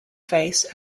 face